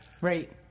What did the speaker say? Right